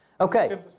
Okay